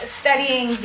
studying